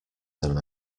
than